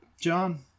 John